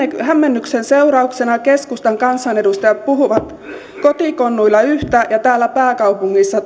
hämmennyksen seurauksena keskustan kansanedustajat puhuvat kotikonnuilla yhtä ja täällä pääkaupungissa